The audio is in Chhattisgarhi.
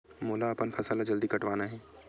मोला अपन फसल ला जल्दी कटवाना हे?